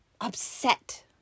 Upset